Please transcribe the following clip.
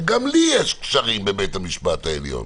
וגם לי יש קשרים בבית המשפט העליון.